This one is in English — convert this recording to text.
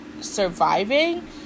surviving